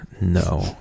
No